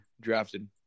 drafted